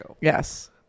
yes